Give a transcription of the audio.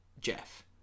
Jeff